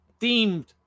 themed